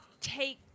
take